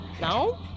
Now